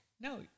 No